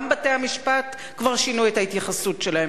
גם בתי-המשפט כבר שינו את ההתייחסות שלהם